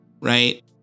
right